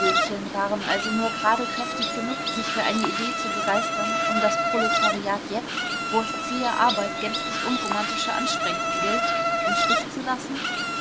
waren also nur gerade kräftig genug sich für eine idee zu begeistern um das proletariat jetzt wo es zähe arbeit gänzlich unromantische anstrengung gilt im stich zu lassen